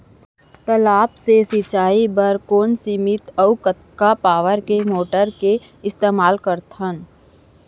तालाब से सिंचाई बर कोन सीमित अऊ कतका पावर के मोटर के इस्तेमाल करथन?